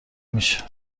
میشه